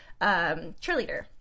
cheerleader